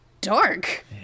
dark